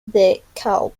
dekalb